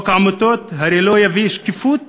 חוק העמותות הרי לא יביא שקיפות.